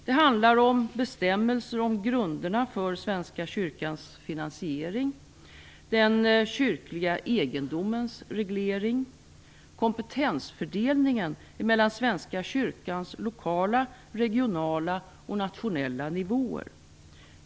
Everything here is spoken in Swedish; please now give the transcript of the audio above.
Det handlar om bestämmelser om grunderna för Svenska kyrkans finansiering och om den kyrkliga egendomens reglering. Det handlar också om kompetensfördelningen mellan Svenska kyrkans lokala, regionala och nationella nivåer.